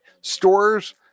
Stores